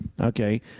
Okay